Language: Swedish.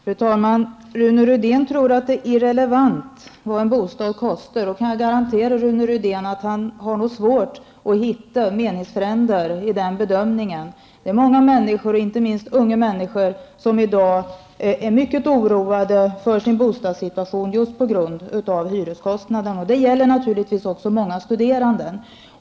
Fru talman! Rune Rydén anser att kostnaden för en bostad är irrelevant. Jag kan försäkra Rune Rydén att han får svårt att hitta meningsfränder i fråga om den bedömningen. Det är många människor, inte minst unga människor, som i dag är mycket oroade för sin bostadssituation, just på grund av hyreskostnaderna. Detta gäller naturligtvis också många studerande.